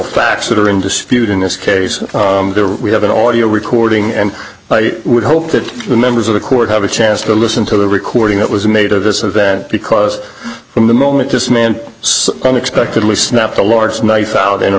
facts that are in dispute in this case we have an all audio recording and i would hope that the members of the court have a chance to listen to the recording that was made of this event because from the moment this man unexpectedly snapped a large knife out in a